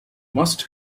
must